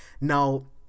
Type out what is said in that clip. now